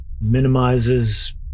minimizes